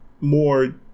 more